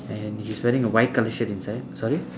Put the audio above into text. and he's wearing a white colour shirt inside sorry